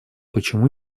почему